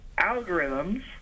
algorithms